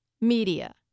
media